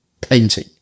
painting